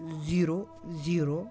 zero zero